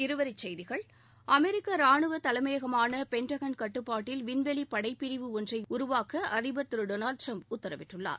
இருவரி செய்திகள் அமெரிக்க ராணுவ தலைமையகமான பென்டகன் கட்டுப்பாட்டில் விண்வெளி படைப்பிரிவு ஒன்றை உருவாக்க அதிபர் டொனால்ட் ட்ரம்ப் உத்தரவிட்டுள்ளார்